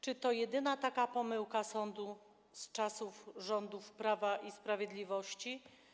Czy to jedyna taka pomyłka sądu z czasów rządów Prawa i Sprawiedliwości?